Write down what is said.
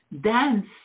dance